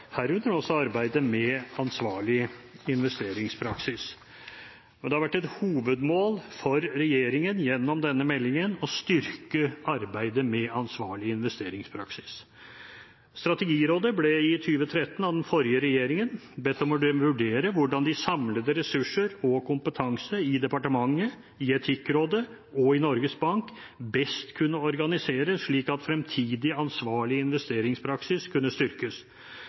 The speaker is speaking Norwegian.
herunder også arbeidet med ansvarlig investeringspraksis. Det har vært et hovedmål for regjeringen gjennom denne meldingen å styrke arbeidet med ansvarlig investeringspraksis. Strategirådet ble i 2013 av den forrige regjeringen bedt om å vurdere om hvordan de samlede ressurser og kompetanse i departementet, i Etikkrådet og i Norges Bank best kunne organiseres slik at fremtidig ansvarlig investeringspraksis kunne styrkes.